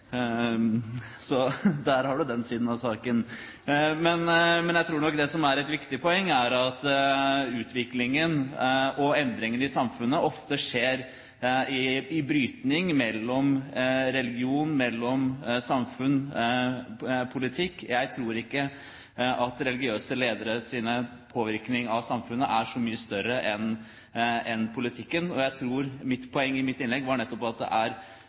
Så der har du den siden av saken. Men jeg tror nok at det som er et viktig poeng, er at utviklingen og endringene i samfunnet ofte skjer i brytningen mellom religion og samfunn/politikk. Jeg tror ikke at religiøse lederes påvirkning av samfunnet er så mye større enn politikkens. Mitt poeng i mitt innlegg var nettopp at det er